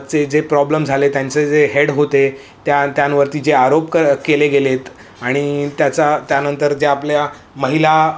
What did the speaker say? ज जे प्रॉब्लम झाले त्यांचं जे हेड होते त्या त्यांवरती जे आरोप कर केले गेलेत आणि त्याचा त्यानंतर ज्या आपल्या महिला